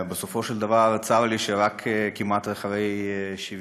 ובסופו של דבר צר לי שרק כמעט אחרי 70